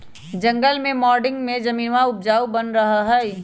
जंगल में गार्डनिंग में जमीनवा उपजाऊ बन रहा हई